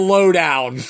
Lowdown